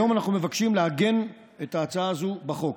היום אנחנו מבקשים לעגן את ההצעה הזו בחוק.